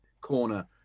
corner